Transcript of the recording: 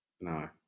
No